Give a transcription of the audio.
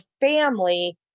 family